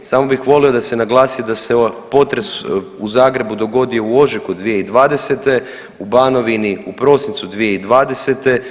Samo bih volio da se naglasi da se ovaj potres u Zagrebu dogodio u ožujku 2020. u Banovini u prosincu 2020.